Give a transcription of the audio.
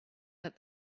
that